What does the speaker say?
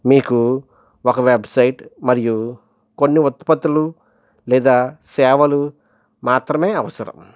మీకు ఒక వెబ్సైట్ మరియు కొన్ని ఉత్పత్తులు లేదా సేవలు మాత్రమే అవసరం